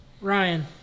Ryan